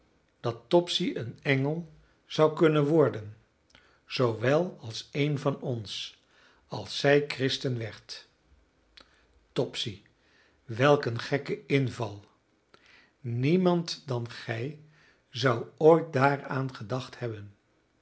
dat topsy een engel zou kunnen worden zoowel als een van ons als zij christen werd topsy welk een gekke inval niemand dan gij zou ooit daaraan gedacht hebben